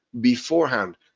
beforehand